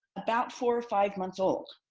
about four or five months old?